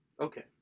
Okay